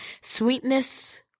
Sweetness